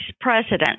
president